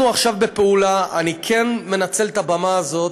אנחנו עכשיו בפעולה, אני כן מנצל את הבמה הזאת.